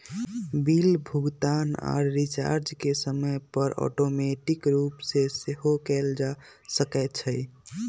bill भुगतान आऽ recharge के समय पर ऑटोमेटिक रूप से सेहो कएल जा सकै छइ